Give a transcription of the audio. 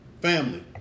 family